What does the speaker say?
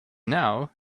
now